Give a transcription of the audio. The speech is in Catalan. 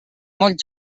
molt